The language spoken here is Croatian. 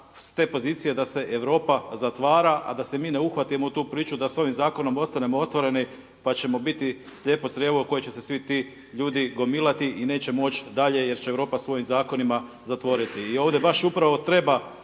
s te pozicije da se Europa zatvara a da se mi ne uhvatimo u tu priču da sa ovim zakonom ostanemo otvoreni pa ćemo biti slijepo crijevo u koje će se svi ti ljudi gomilati i nećemo moći dalje jer će Europa svojim zakonima zatvoriti. I ovdje baš upravo treba